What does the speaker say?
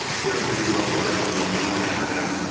fear can be broken down to its own acronym,